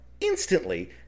instantly